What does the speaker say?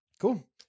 cool